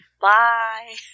bye